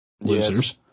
Losers